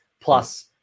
plus